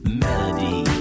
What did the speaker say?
melody